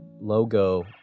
logo